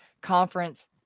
conference